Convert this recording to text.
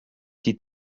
die